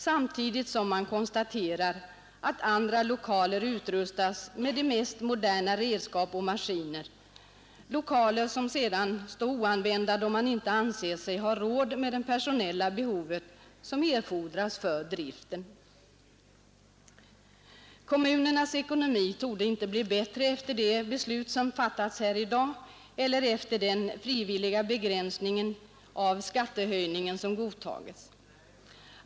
Samtidigt kan man konstatera att andra lokaler utrustas med de mest moderna redskap och maskiner — lokaler som sedan står oanvända, då man inte anser sig ha råd med den personal som erfordras för driften. Kommunernas ekonomi torde inte bli bättre efter det beslut som fattats här i dag och efter den frivilliga begränsning av skattehöjningen som godtagits av kommunerna.